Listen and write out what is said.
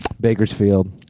Bakersfield